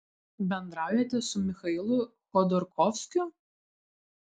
bendraujate su michailu chodorkovskiu